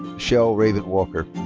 michelle raven walker.